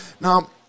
now